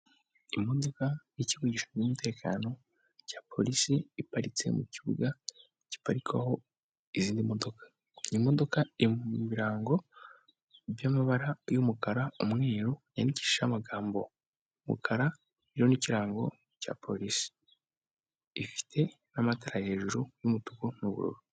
Imodoka y'ikigo gishinzwe umutekano cya polisi iparitse mu kibuga giparikwaho izindi modoka, iyi modoka iri mu birango by'amabara y'umukara, umweru, yandikishije amagambo y'umukara iriho n'ikirango cya polisi, ifite amatara hejuru y'umutuku n'ubururu.